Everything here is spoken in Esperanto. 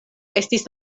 estis